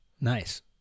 Nice